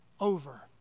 over